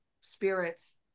spirits